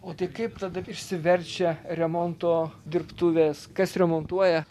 o tai kaip tada išsiverčia remonto dirbtuvės kas remontuoja